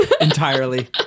entirely